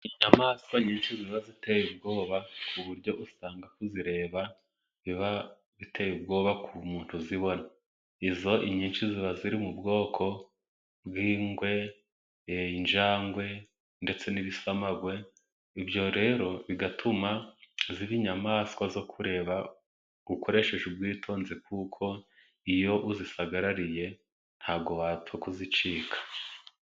Inyamaswa ziba ziteye ubwoba, ku buryo usanga kuzireba na byo biba biteye ubwoba ku muntu uzibona. Izo nyamaswa, inyinshi ziri mu bwoko bw' ingwe, injangwe ndetse n'ibisamagwe, ibyo rero bigatuma ziba inyamaswa zo kureba ukoresheje ubwitonzi, iyo uzisagarariye ntabwo wapfa kuzicika.